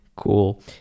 Cool